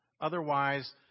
Otherwise